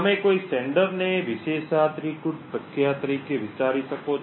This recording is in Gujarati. તમે કોઈ પ્રેષક ને વિશેષાધિકૃત પ્રક્રિયા તરીકે વિચારી શકો છો